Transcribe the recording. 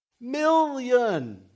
Million